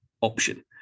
option